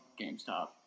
GameStop